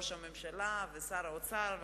ראש הממשלה ושר האוצר,